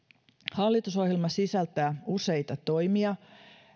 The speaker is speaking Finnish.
hallitusohjelma sisältää useita toimia